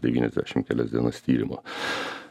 devyniasdešim kelias dienas tyrimo